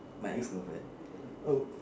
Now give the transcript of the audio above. my ex girlfriend